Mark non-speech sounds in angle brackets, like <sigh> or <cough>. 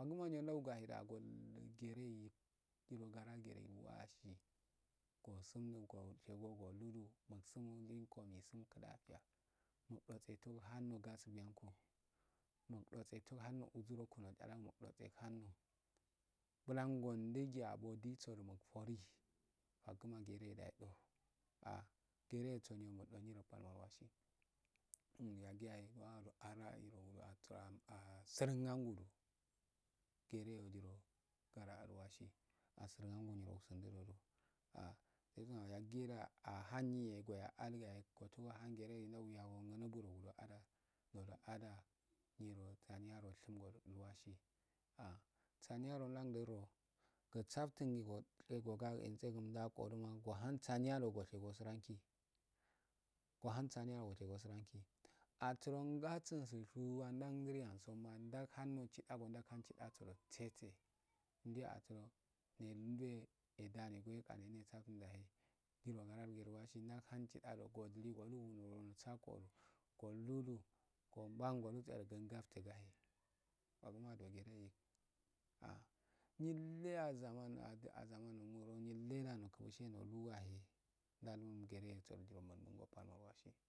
Angulyirodayahe do agol gere agai nyiro gara geelwasi gusundu gok yeego guludisungu cinko ensum klafiya mudautse tungo hando gasukfruilenko mudatse tun. hado uzuroko wadala mudotse bulangi abodiso di mufoni gereda yedo ahi gereyoso nyiro muldo nyiro palma iwasi <hesitation> yagiyahe mahundo <unintelligible> surgangudo gereyo diro gara ialwasi asunangu wusundodo ah yaggiddaa ahanyego <hesitation> ohangeredu ndayagon gunuburogu do ada. nyiro sani yaro ushingol wasi ah sanyarondaijnddi ndado gusa ftungii gokye ogaguchse gurda do wuhansaniyado wushego sirmki wuhansaniye wushego siraki <hesitation> asuro gasunsi wandandiri aso ndahando kida go dahansodo tseseedwe asuro adendwe adanegoyo yanni ndene saftun dahi nyiromuhunwaji nahan kidarongodili goluu ngurolsankoo guluduu gomban gowseyaro dindiftugaheabuundogeredi ah nyille a jamana zamand nyilleda nuku gushehe noluyahe dahunga resodi